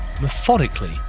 methodically